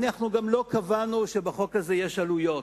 אנחנו גם לא קבענו שלחוק הזה יש עלויות.